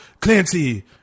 Clancy